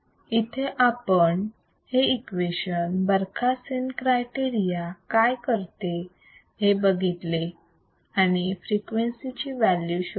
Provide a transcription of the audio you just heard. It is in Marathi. तरी ते आपण हे इक्वेशन बरखासेन क्रायटेरिया काय करते हे बघितले आणि फ्रिक्वेन्सी ची व्हॅल्यू शोधली